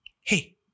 hey